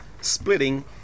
splitting